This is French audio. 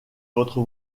votre